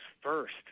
first